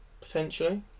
Potentially